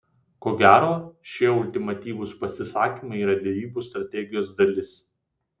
ko gero šie ultimatyvūs pasisakymai yra derybų strategijos dalis